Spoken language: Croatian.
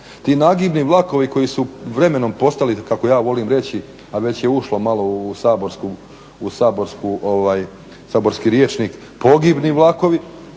Ti nagibni vlakovi koji su vremenom postali, kako ja volim reći, a već je ušlo malo u saborski rječnik, pogibni vlakovi.